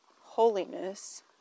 holiness